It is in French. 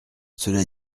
cela